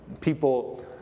People